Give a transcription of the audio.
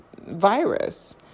virus